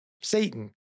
Satan